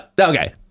Okay